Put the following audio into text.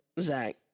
Zach